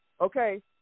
okay